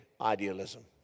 idealism